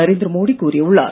நரேந்திர மோடி கூறியுள்ளார்